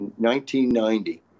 1990